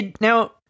Now